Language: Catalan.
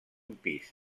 pis